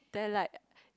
there like